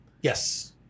Yes